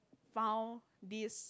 found this